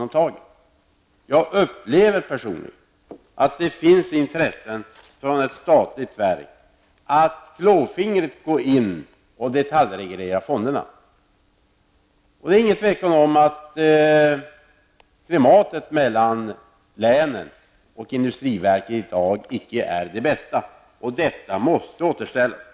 Jag personligen upplever att det från ett statligt verk finns intresse för att klåfingrigt gå in och detaljreglera fonderna. Det råder inget tvivel om att klimatet mellan länen och industriverket i dag inte är det bästa, och det måste återställas.